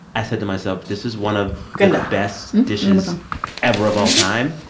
i said to myself, this is one of the best dishes ever, of all time.